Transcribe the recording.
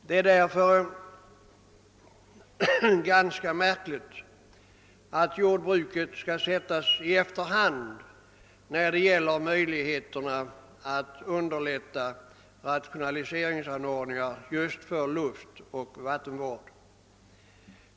Det är därför ganska märkligt att jordbruket skall sättas i efterhand i fråga om möjligheterna att underlätta rationaliseringsanordningar för vattenoch luftvård.